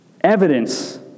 evidence